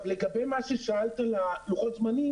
לגבי מה ששאלת על לוחות הזמנים